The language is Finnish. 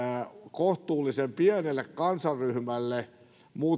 kohtuullisen pienelle kansanryhmälle